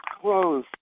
close